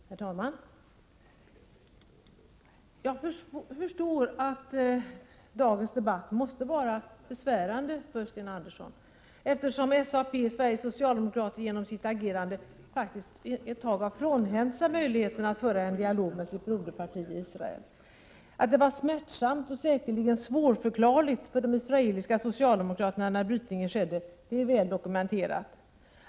Herr talman! Jag förstår att dagens debatt måste vara besvärande för Sten Andersson, eftersom SAP, Sveriges socialdemokrater, genom sitt agerande faktiskt för ett tag har frånhänt sig möjligheten att föra en dialog med sitt broderparti i Israel. Att det var smärtsamt och svårförklarligt för de israeliska socialdemokraterna när brytningen skedde är väl dokumenterat.